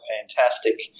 fantastic